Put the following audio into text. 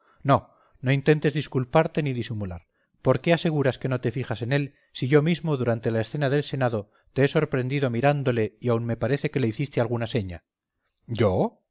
no no intentes disculparte ni disimular por qué aseguras que no te fijas en él si yo mismo durante la escena del senado te he sorprendido mirándole y aún me parece que le hiciste alguna seña yo